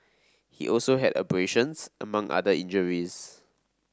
he also had abrasions among other injuries